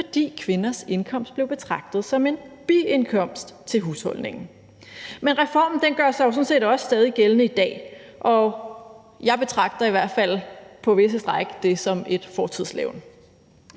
fordi kvinders indkomst blev betragtet som en biindkomst til husholdningen. Men reformen gør sig jo sådan set også stadig gældende i dag, og jeg betragter det i hvert fald på visse stræk som et fortidslevn,